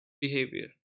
behavior